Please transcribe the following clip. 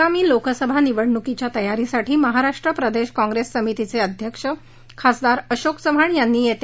आगामी लोकसभा निवडणुकीच्या तयारीसाठी महाराष्ट्र प्रदेश काँग्रेस समितीचे अध्यक्ष खासदार अशोक चव्हाण यांनी येत्या